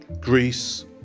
Greece